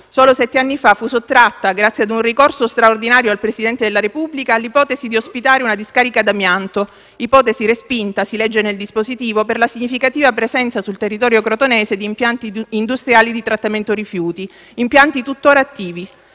solo sette anni fa fu sottratta, grazie ad un ricorso straordinario al Presidente della Repubblica, all'ipotesi di ospitare una discarica d'amianto; ipotesi respinta - si legge nel dispositivo - per la significativa presenza sul territorio crotonese di impianti industriali di trattamento rifiuti, impianti tuttora attivi.